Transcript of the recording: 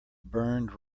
burned